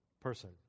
person